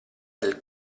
del